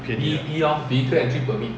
便宜的